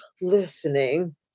listening